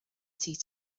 city